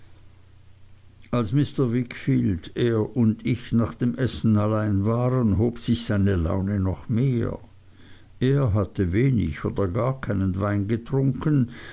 als mr wickfield er und ich nach dem essen allein waren hob sich seine laune noch mehr er hatte wenig oder gar keinen wein getrunken